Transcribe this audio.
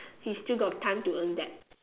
he still got time to earn back